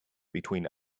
between